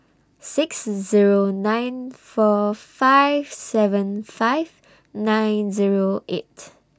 six Zero nine four five seven five nine Zero eight